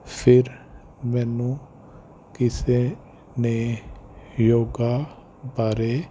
ਫਿਰ ਮੈਨੂੰ ਕਿਸੇ ਨੇ ਯੋਗਾ ਬਾਰੇ